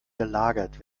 gelagert